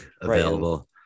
available